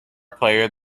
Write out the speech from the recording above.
player